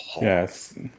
Yes